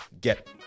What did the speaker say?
get